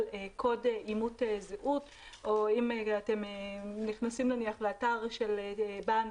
קוד אימות זהות; או למשל כמו שעושים באתר של בנק,